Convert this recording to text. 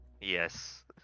Yes